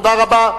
תודה רבה.